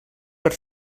per